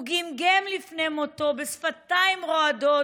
הוא גמגם לפני בשפתיים רועדות